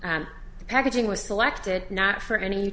the packaging was selected not for any